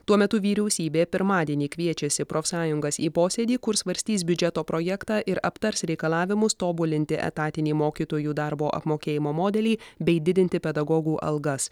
tuo metu vyriausybė pirmadienį kviečiasi profsąjungas į posėdį kur svarstys biudžeto projektą ir aptars reikalavimus tobulinti etatinį mokytojų darbo apmokėjimo modelį bei didinti pedagogų algas